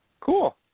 Cool